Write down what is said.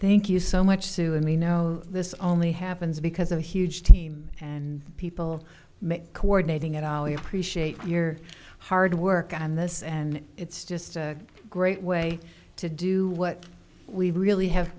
thank you so much sue and we know this only happens because a huge team and people coordinating at all we appreciate your hard work on this and it's just a great way to do what we really have